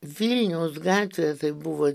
vilniaus gatvės buvo